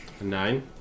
nine